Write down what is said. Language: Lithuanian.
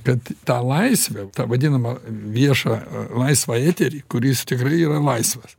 kad tą laisvę tą vadinamą viešą laisvą eterį kuris tikrai yra laisvas